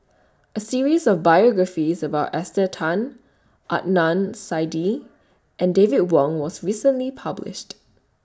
A series of biographies about Esther Tan Adnan Saidi and David Wong was recently published